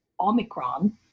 omicron